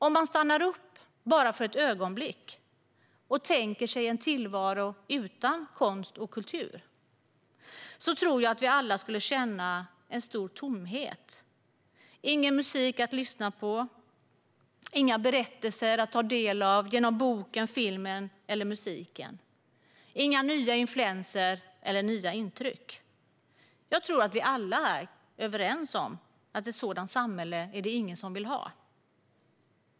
Om vi stannar upp bara för ett ögonblick och tänker oss en tillvaro utan konst och kultur tror jag att vi alla skulle känna en tomhet: ingen musik att lyssna på, inga berättelser att ta del av genom boken, filmen eller musiken, och inga nya influenser eller intryck. Jag tror att vi alla är överens om att ett sådant samhälle vill vi inte ha.